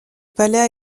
palais